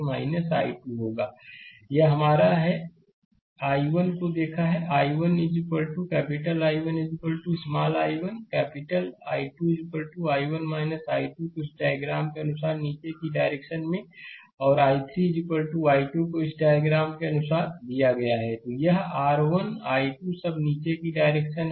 slide समय देखें 0712 यह हमारा है I1 को देखा है I1 capital I1 small I1 capital I2 I1 I2 को इस डायग्राम के अनुसार नीचे की डायरेक्शन में और I3 I2 को इस डायग्राम के अनुसार दिया है यह r 1 I2 सबसे नीचे की डायरेक्शन है